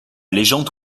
légende